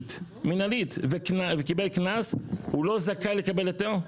מינהלית וקיבל קנס הוא לא זכאי לקבל היתר?